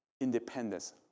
independence